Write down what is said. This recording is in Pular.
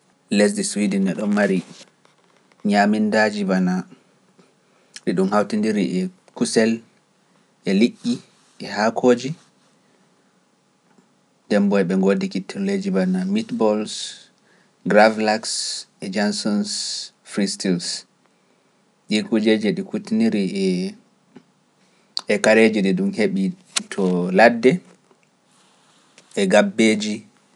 Lesdi Suidi neɗon mari ñamindaaji bana ɗi ɗum hawtindiri e kusel e liƴƴi e haakooji, Dembo e ɓe ngoodi kittoyeeji bana Mitbol, Gravlax e Jansons Freestills, ɗi kuujeji e ɗi kutiniri e kareeji ɗi ɗum heɓi to ladde e gabbeeji.